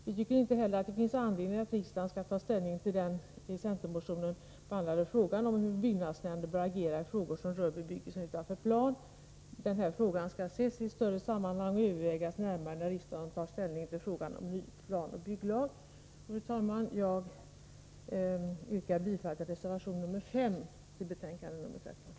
Vi tycker inte heller att det finns anledning för riksdagen att nu ta ställning till den i centermotionen 1998 behandlade frågan om hur byggnadsnämnden bör agera i ärenden som rör bebyggelsen utanför plan. Denna fråga bör ses i ett större sammanhang och övervägas närmare när riksdagen tar ställning till förslaget till ny planoch bygglag. Fru talman! Jag yrkar bifall till reservation nr 5 i betänkande nr 13.